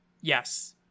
yes